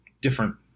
different